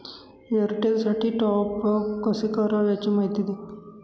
एअरटेलसाठी टॉपअप कसे करावे? याची माहिती द्या